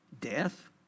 death